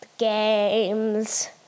Games